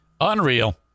Unreal